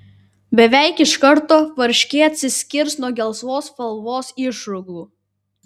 beveik iš karto varškė atsiskirs nuo gelsvos spalvos išrūgų